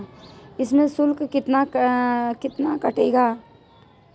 इसमें शुल्क कितना कटेगा?